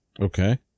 Okay